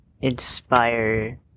inspire